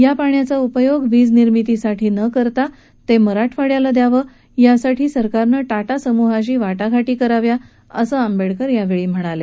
या पाण्याचा उपयोग वीज निर्मितीसाठी न करता हे पाणी मराठवाड्याला द्यावं यासाठी सरकारनं टाटा समूहाशी वाटाघाटी कराव्या असं आंबेडकर यावेळी म्हणाले